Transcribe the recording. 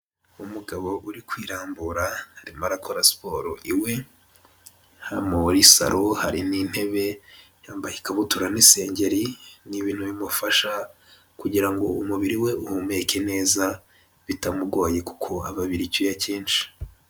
Umugabo uri kwirambura arimo arakora siporo iwe. Muri salo harimo intebe, yambaye ikabutura n'isengeri. Ni ibintu bimufasha kugira ngo umubiri we uhumeke neza bitamugoye kuko aba abira icyuya cyinshi.